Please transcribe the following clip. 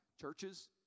churches